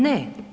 Ne.